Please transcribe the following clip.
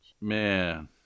man